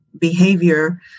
behavior